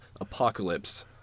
apocalypse